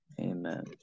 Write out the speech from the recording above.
Amen